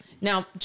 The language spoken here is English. Now